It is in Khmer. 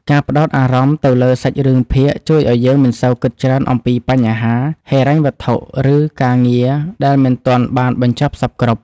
ការផ្ដោតអារម្មណ៍ទៅលើសាច់រឿងភាគជួយឱ្យយើងមិនសូវគិតច្រើនអំពីបញ្ហាហិរញ្ញវត្ថុឬការងារដែលមិនទាន់បានបញ្ចប់សព្វគ្រប់។